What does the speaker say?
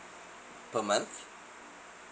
per month